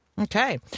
Okay